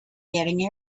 getting